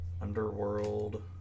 Underworld